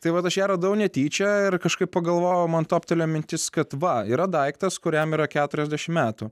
tai vat aš ją radau netyčia ir kažkaip pagalvojau man toptelėjo mintis kad va yra daiktas kuriam yra keturiasdešimt metų